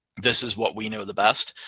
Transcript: this is what we know the best.